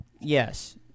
yes